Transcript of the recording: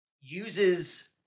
uses